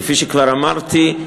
כפי שכבר אמרתי,